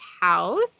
house